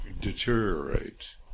deteriorate